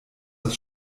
das